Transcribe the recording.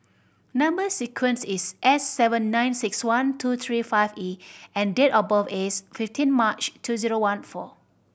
number sequence is S seven nine six one two three five E and date of birth is fifteen March two zero one four